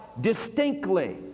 distinctly